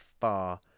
far